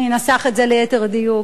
אני אנסח את זה ליתר דיוק,